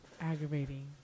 Aggravating